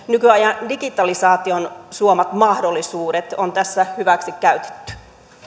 nykyajan digitalisaation suomat mahdollisuudet on tässä hyväksi käytetty